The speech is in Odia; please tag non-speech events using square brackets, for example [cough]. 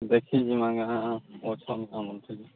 ଦେଖିଯିବା ଗାଁ [unintelligible]